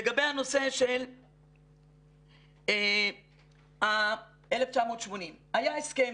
לגבי הנושא של 1980. היה הסכם,